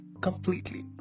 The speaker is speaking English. completely